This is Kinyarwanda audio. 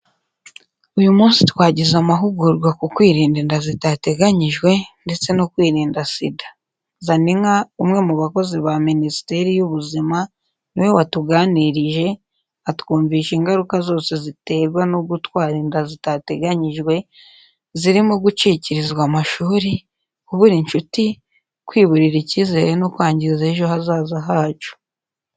Uyu munsi twagize amahugurwa ku kwirinda inda zitateganyijwe, ndetse no kwirinda SIDA. Zaninka, umwe mu bakozi ba Minisiteri y’Ubuzima, ni we watuganirije, atwumvisha ingaruka zose ziterwa no gutwara inda zitateganyijwe, zirimo gucikiriza amashuri, kubura inshuti, kwiburira icyizere no kwangiza ejo hazaza hacu.